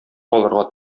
калырга